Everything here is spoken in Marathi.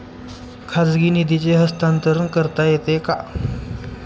खाजगी निधीचे हस्तांतरण करता येते का?